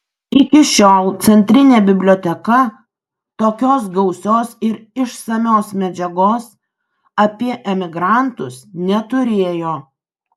iki šiol centrinė biblioteka tokios gausios ir išsamios medžiagos apie emigrantus neturėjo